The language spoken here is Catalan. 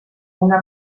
una